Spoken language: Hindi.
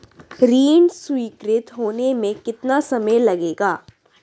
ऋण स्वीकृत होने में कितना समय लगेगा?